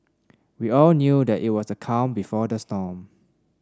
we all knew that it was the calm before the storm